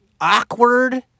awkward